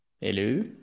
Hello